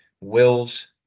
wills